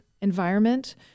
environment